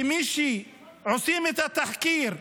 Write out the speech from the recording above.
שכשעושים את התחקיר,